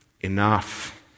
Enough